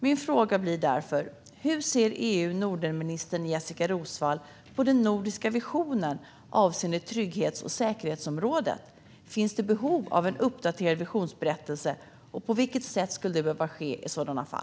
Mina frågor blir därför: Hur ser EU och Nordenminister Jessika Roswall på den nordiska visionen avseende trygghets och säkerhetsområdet? Finns det behov av en uppdaterad visionsberättelse, och på vilket sätt skulle det i så fall behöva ske?